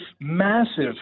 massive